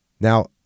Now